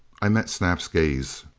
i met snap's gaze.